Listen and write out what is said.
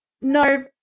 No